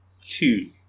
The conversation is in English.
two